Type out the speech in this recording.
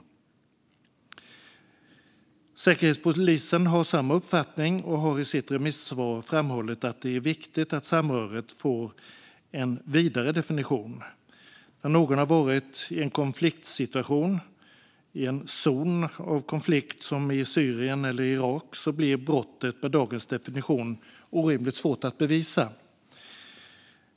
Säkerhetspolisen har samma uppfattning och har i sitt remissvar framhållit att det är viktigt att samröret får en vidare definition. När någon har varit i en konfliktzon, som Syrien eller Irak, blir brottet med dagens definition orimligt svårt att bevisa.